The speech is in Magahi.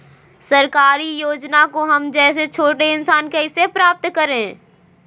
सरकारी योजना को हम जैसे छोटे किसान कैसे प्राप्त करें?